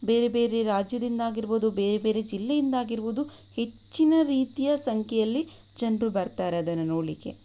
ಬೇರೆ ಬೇರೆ ರಾಜ್ಯದಿಂದ ಆಗಿರಬಹುದು ಬೇರೆ ಬೇರೆ ಜಿಲ್ಲೆಯಿಂದ ಆಗಿರಬಹುದು ಹೆಚ್ಚಿನ ರೀತಿಯ ಸಂಖ್ಯೆಯಲ್ಲಿ ಜನರು ಬರ್ತಾರೆ ಅದನ್ನು ನೋಡಲಿಕ್ಕೆ